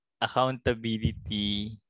accountability